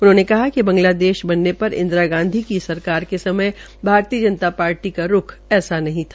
उन्होंने कहा कि बांगलादेश बनने पर इंदिरा गांधी की सरकार के समय भारतीय जनत पार्टी के रूख ऐसा नहीं था